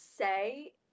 say